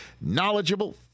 knowledgeable